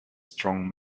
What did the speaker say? strong